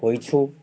ହୋଇଛୁ